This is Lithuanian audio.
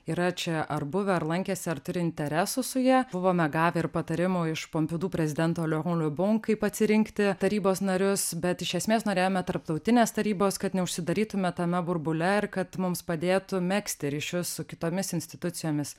yra čia ar buvę ar lankėsi ar turi interesų su ja buvome gavę ir patarimų iš pompidu prezidento liuo liubon kaip atsirinkti tarybos narius bet iš esmės norėjome tarptautinės tarybos kad neužsidarytume tame burbule ir kad mums padėtų megzti ryšius su kitomis institucijomis